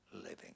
living